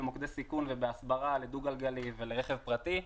במוקדי סיכון ובהסברה לדו-גלגלי ולרכב פרטי,